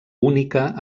única